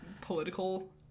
political